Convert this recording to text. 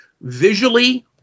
visually